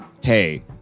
hey